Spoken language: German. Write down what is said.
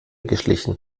geschlichen